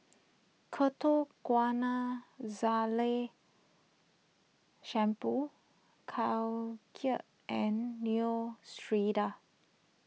Ketoconazole Shampoo Caltrate and Neostrata